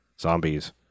zombies